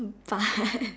but